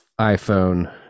iPhone